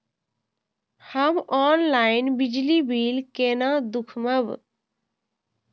हम ऑनलाईन बिजली बील केना दूखमब?